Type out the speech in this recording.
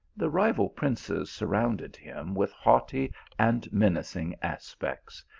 the rival princes surrounded him with haughty and menacing aspects,